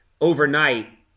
overnight